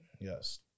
Yes